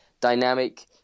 dynamic